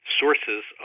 sources